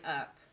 up